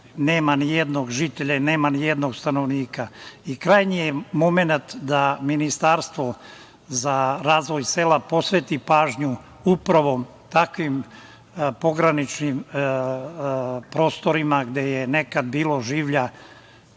nema nijednog žitelja, nema nijednog stanovnika. Krajnji je momenat da Ministarstvo za razvoj sela posveti pažnju upravo takvim pograničnim prostorima gde je nekada bilo življa